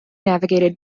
navigated